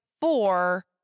four